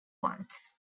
ones